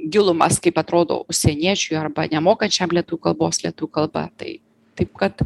gilumas kaip atrodo užsieniečiui arba nemokančiam lietuvių kalbos lietuvių kalba tai taip kad